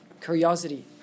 Curiosity